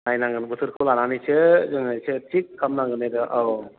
नायनांगोन बोथोरखौ लानानैसो जोङो एसे फिक्स खालामनांगोन औ